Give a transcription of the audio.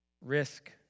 risk